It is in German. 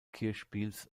kirchspiels